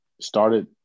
started